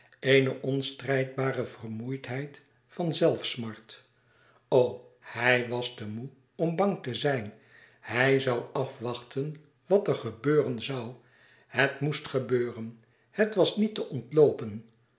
eene onstrijdbare vermoeidheid van zelfsmart o hij was te moê om bang te zijn hij zoû afwachten wat er gebeuren zoû het moest gebeuren het was niet te ontloopen